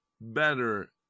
better